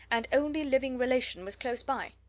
and only living relation, was close by.